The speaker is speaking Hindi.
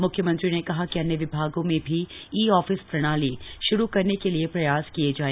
म्ख्यमंत्री ने कहा कि अन्य विभागों में भी ई ऑफिस प्रणाली शुरू करने के लिए प्रयास किए जाए